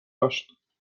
داشت